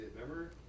remember